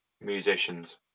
musicians